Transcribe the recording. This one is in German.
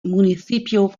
municipio